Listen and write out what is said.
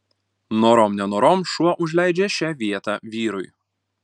norom nenorom šuo užleidžia šią vietą vyrui